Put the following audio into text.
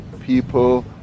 people